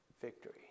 Victory